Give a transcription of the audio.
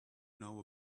know